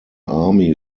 army